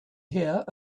here